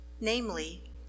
Namely